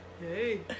Hey